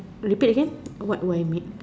repeat again what what I mean